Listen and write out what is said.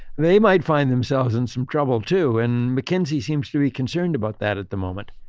they might find themselves in some trouble too. and mckinsey seems to be concerned about that at the moment.